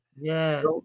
Yes